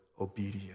obedience